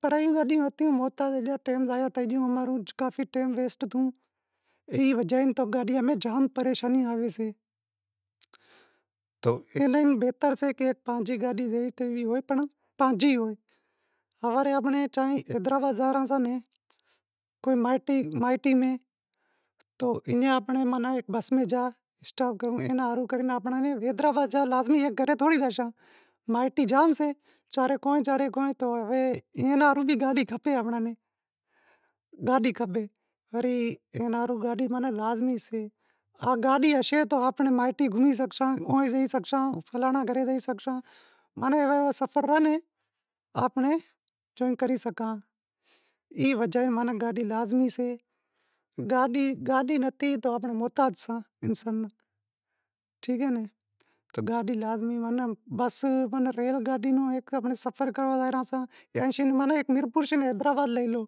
پرائی گاڈیوں ہتوں محتاج تھئی گیا ٹیم ضایع تھئے گیو، کاف ٹیم ویسٹ تھیو، ای وجہ اے کہ گاڈیوں میں جام پریشانی آویسے۔ اینے لیوا بہتر سے کہ پانجی گاڈی جیوی تیوی ہووے پنڑ پانجی ہوئے، ہوارے آنپیں چاہیں حیدرآباد جا رہا سیاں ناں کوئی مائیٹی میں تو اینے آپیں کوئی بس میں جا اینا ہاروں حیدرٓباد جانڑ لازمی اے گھرے تھوڑی جاشاں، مائٹی جام شے، اینے ہاروں گاڈی ضرور کھپے، گاڈی شے تو آنپڑی مائیٹی رکھے سگھشان، آوے جائے شگشاں، ماناں ایوا ایوا سفر سیں آپیں کری سگھاں، ای وجہ اے کہ گاڈی لازمی سے، گاڈی نتھی تو آپیں محتاج ساں۔ ٹھیک اے ناں، تو گاڈی لازمی سے، بس ریل گاڈی سفر کرنڑ زاشاں، میرپور ئی حیدرٓباد لے لو،